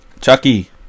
Chucky